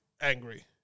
angry